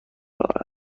آمریکا